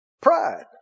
Pride